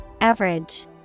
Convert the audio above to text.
Average